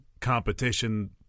competition